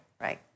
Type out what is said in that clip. right